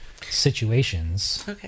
situations